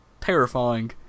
terrifying